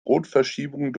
rotverschiebung